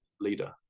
leader